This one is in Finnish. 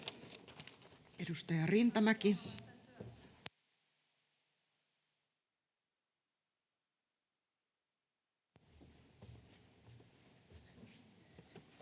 Edustaja Rintamäki.